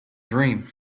dream